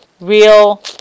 real